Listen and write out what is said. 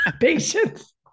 patience